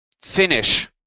finish